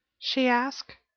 she asked.